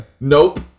Nope